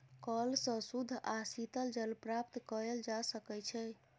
कअल सॅ शुद्ध आ शीतल जल प्राप्त कएल जा सकै छै